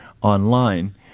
online